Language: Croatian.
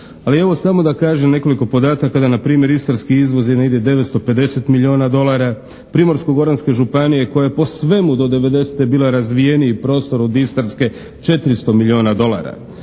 Ali evo samo da kažem nekoliko podataka da npr. istarski izvoz je negdje 950 milijuna dolara, Primorsko-goranske županije koja je po svemu do '90. bila razvijeniji prostor od Istarske 400 milijuna dolara,